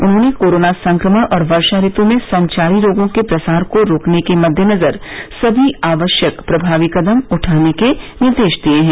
उन्होंने कोरोना संक्रमण और वर्षा ऋत् में संचारी रोगों के प्रसार को रोकने के मद्देनजर सभी आवश्यक प्रभावी कदम उठाने के निर्देश दिये हैं